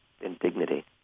indignity